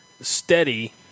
steady